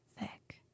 thick